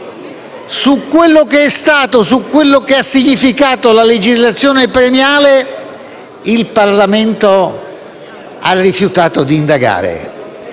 legislazione premiale. Su quello che ha significato la legislazione premiale il Parlamento ha rifiutato di indagare: